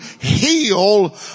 heal